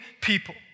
people